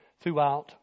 throughout